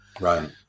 Right